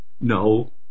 No